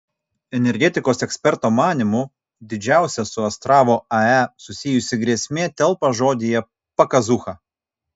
energetikos eksperto manymu didžiausia su astravo ae susijusi grėsmė telpa žodyje pakazūcha